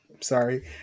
Sorry